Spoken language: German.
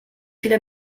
viele